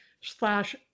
slash